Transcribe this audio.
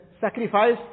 Sacrifice